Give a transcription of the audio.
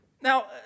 now